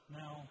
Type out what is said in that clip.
now